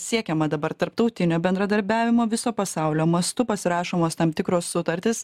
siekiama dabar tarptautinio bendradarbiavimo viso pasaulio mastu pasirašomos tam tikros sutartys